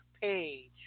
page